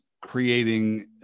creating